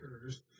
occurs